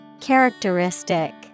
Characteristic